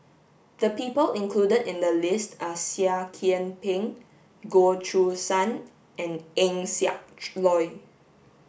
the people included in the list are Seah Kian Peng Goh Choo San and Eng Siak Loy